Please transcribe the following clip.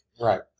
Right